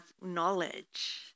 knowledge